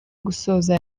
gusoza